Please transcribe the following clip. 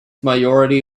majority